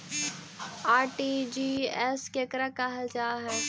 RTGS केकरा कहल जा है?